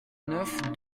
neuf